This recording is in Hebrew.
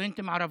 סטודנטים ערבים.